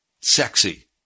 sexy